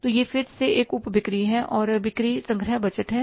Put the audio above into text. तो यह फिर से एक उप बिक्री और बिक्री संग्रह बजट है